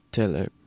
Taylor